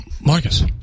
Marcus